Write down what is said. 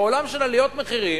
בעולם של עליות מחירים,